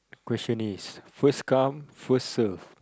question is first come first serve